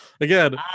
Again